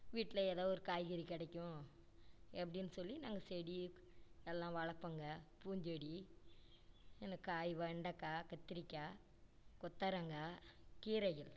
வீட்டில ஏதோ ஒரு காய்கறி கிடைக்கும் எப்படின் சொல்லி நாங்கள் செடி எல்லாம் வளர்ப்போங்க பூஞ்செடி என்ன காய் வெண்டைக்காய் கத்திரிக்காய் கொத்தரங்காய் கீரைகள்